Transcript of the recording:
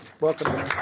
Welcome